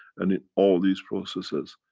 and in all these processes